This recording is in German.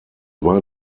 war